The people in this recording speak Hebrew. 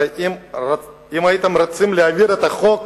הרי אם הייתם רוצים להעביר את החוק,